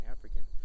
African